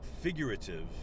figurative